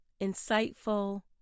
insightful